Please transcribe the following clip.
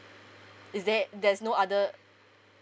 is there there's no other